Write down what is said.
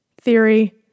theory